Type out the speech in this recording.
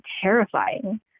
terrifying